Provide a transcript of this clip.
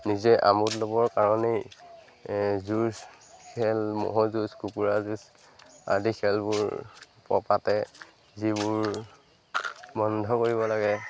নিজে আমোদ ল'বৰ কাৰণেই যুঁজ খেল ম'হ যুঁজ কুকুৰা যুঁজ আদি খেলবোৰ প পাতে যিবোৰ বন্ধ কৰিব লাগে